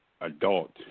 adult